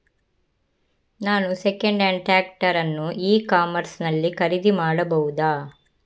ನಾನು second hand tractor ಅನ್ನು e commerce ನಲ್ಲಿ ಖರೀದಿ ಮಾಡಬಹುದಾ?